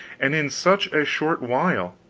and in such a short while.